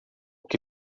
que